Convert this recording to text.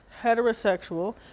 heterosexual,